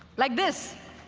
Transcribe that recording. like this.